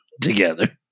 together